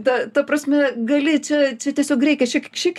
ta ta prasme gali čia čia tiesiog reikia šiek šiek